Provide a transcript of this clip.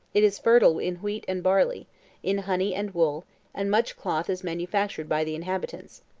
it is fertile in wheat and barley in honey and wool and much cloth is manufactured by the inhabitants.